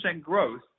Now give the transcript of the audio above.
growth